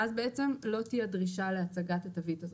ואז לא תהיה דרישה להצגת התווית הזאת.